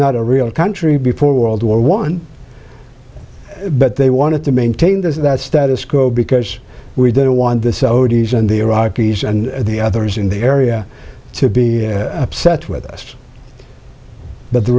not a real country before world war one but they wanted to maintain this that status quo because we didn't want the saudis and the iraqis and the others in the area to be upset with us but the